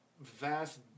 vast